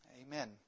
Amen